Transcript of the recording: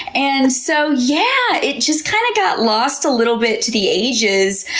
and so, yeah, it just kind of got lost a little bit to the ages,